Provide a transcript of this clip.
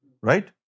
Right